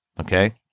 Okay